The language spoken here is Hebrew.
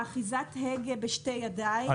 אחיזת הגה בשתי ידיים,